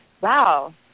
wow